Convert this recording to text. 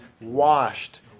washed